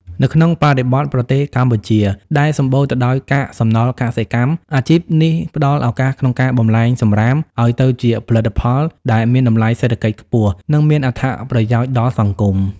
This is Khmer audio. នៅក្នុងបរិបទប្រទេសកម្ពុជាដែលសម្បូរទៅដោយកាកសំណល់កសិកម្ម អាជីពនេះផ្ដល់ឱកាសក្នុងការបម្លែងសម្រាមឱ្យទៅជាផលិតផលដែលមានតម្លៃសេដ្ឋកិច្ចខ្ពស់ និងមានអត្ថប្រយោជន៍ដល់សង្គម។